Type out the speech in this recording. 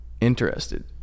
interested